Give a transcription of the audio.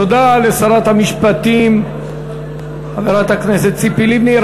תודה לשרת המשפטים, חברת הכנסת ציפי לבני.